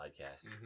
podcast